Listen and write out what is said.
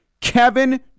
Kevin